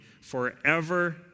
forever